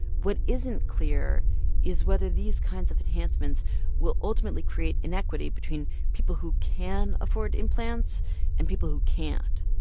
what isn't clear is whether these kinds of enhancements will ultimately create inequity between people who can afford implants and people who can't.